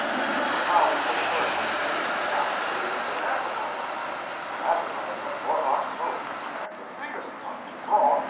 observe how we will turn this seeming disaster into an advertisement an advertisement for our soap and the biggest one, to draw,